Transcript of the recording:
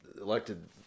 elected